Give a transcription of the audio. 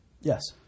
Yes